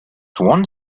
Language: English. one